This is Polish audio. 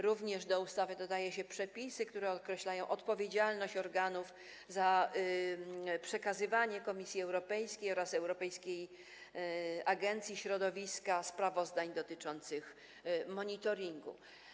Również do ustawy dodaje się przepisy, które określają odpowiedzialność organów za przekazywanie Komisji Europejskiej oraz Europejskiej Agencji Środowiska sprawozdań dotyczących monitoringu.